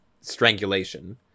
strangulation